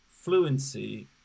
fluency